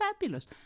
fabulous